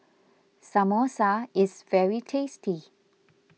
Samosa is very tasty